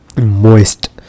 moist